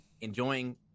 enjoying